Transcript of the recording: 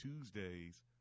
Tuesdays